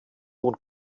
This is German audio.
nun